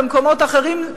במקומות אחרים,